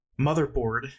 Motherboard